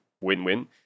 win-win